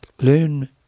learn